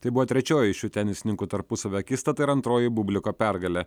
tai buvo trečioji šių tenisininkų tarpusavio akistata ir antroji bubliko pergalė